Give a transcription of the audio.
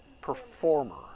performer